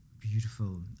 beautiful